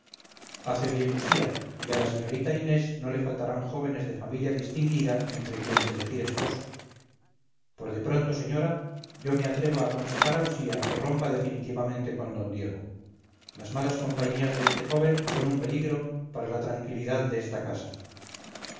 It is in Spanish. hace bien usía y a la señorita inés no le faltarán jóvenes de familia distinguida entre quienes elegir esposo por de pronto señora yo me atrevo a aconsejar a usía que rompa definitivamente con d diego las malas compañías de este joven son un peligro para la tranquilidad de esta casa